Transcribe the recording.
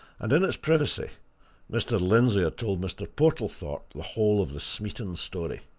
and in its privacy mr. lindsey had told mr. portlethorpe the whole of the smeaton story.